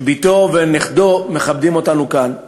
שבתו ונכדו מכבדים אותנו כאן,